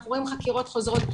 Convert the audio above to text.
אנחנו רואים חקירות חוזרות.